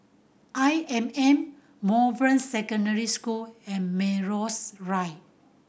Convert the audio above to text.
I M M Bowen Secondary School and Melrose Drive